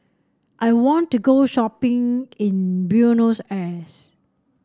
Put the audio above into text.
I want to go shopping in Buenos Aires